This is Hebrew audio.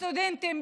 הסטודנטים,